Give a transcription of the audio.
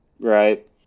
right